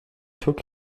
took